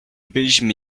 byliśmy